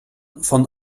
von